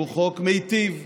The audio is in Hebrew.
שהוא חוק מיטיב,